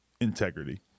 integrity